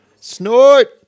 Snort